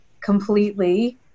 completely